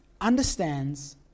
understands